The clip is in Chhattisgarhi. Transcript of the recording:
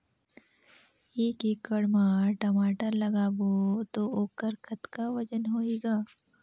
एक एकड़ म टमाटर लगाबो तो ओकर कतका वजन होही ग?